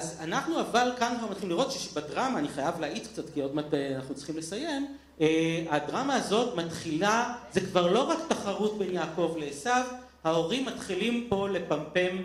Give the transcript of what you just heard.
אז אנחנו אבל כאן כבר מתחילים לראות שבדרמה, אני חייב להאיץ קצת, כי עוד מעט אנחנו צריכים לסיים, הדרמה הזאת מתחילה, זה כבר לא רק תחרות בין יעקב לעישו, ההורים מתחילים פה לפמפם